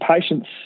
patients